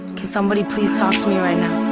can somebody please talk to me right now?